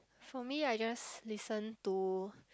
for me I just listen to